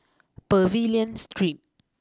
Pavilion Street